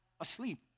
asleep